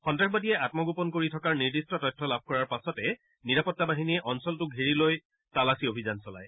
সন্তাসবাদী আমগোপন কৰি থকাৰ বিশেষ তথ্য লাভ কৰা পাছতে নিৰাপত্তা বাহিনীয়ে অঞ্চলটো ঘেৰি লৈ তালাচী অভিযান চলাই